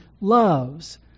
loves